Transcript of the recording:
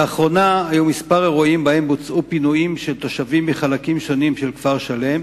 לאחרונה היו כמה אירועים שבהם בוצעו פינויים מחלקים שונים של כפר-שלם,